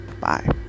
Bye